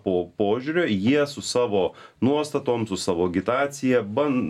po požiūrio jie su savo nuostatom su savo agitacija ban